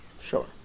Sure